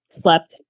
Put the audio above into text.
slept